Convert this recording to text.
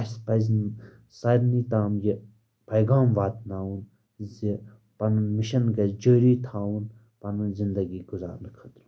اَسہِ پَزِ نہٕ سارنٕے تام یہِ پیغام واتناوُن زِ پَنُن مِشَن گژھِ جٲری تھاوُن پَنٕنۍ زِنٛدگی گُزارنہٕ خٲطرٕ